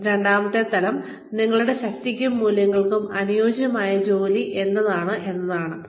ഇതിന്റെ രണ്ടാമത്തെ തലം നിങ്ങളുടെ ശക്തിക്കും മൂല്യങ്ങൾക്കും അനുയോജ്യമായ ജോലി ഏതാണ് എന്നതാണ്